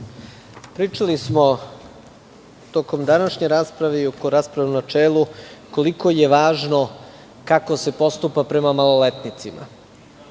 Pričali smo tokom današnje rasprave i oko rasprave u načelu koliko je važno kako se postupa prema maloletnicima.